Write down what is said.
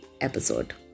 episode